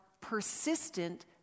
persistent